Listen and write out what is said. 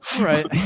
right